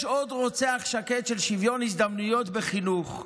יש עוד רוצח שקט של שוויון הזדמנויות בחינוך,